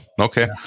Okay